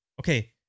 Okay